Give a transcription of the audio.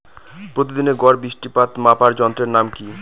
প্রতিদিনের গড় বৃষ্টিপাত মাপার যন্ত্রের নাম কি?